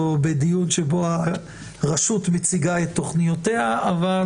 בדיון שבו הרשות מציגה את תוכניותיה אבל